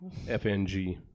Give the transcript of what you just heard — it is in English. FNG